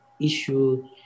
issue